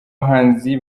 bahanzi